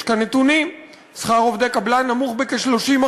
יש כאן נתונים: שכר עובד קבלן נמוך בכ-30%,